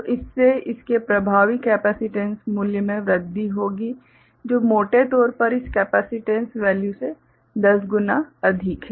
तो इससे इसके प्रभावी केपेसिटेन्स मूल्य में वृद्धि होगी जो मोटे तौर पर इस केपेसिटेन्स वैल्यू से 10 गुना अधिक हैं